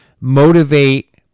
motivate